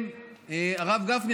הרב גפני,